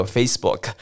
Facebook 。